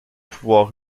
pouvoir